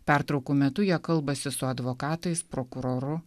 pertraukų metu jie kalbasi su advokatais prokuroru